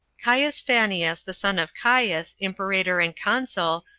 caius phanius, the son of caius, imperator and consul,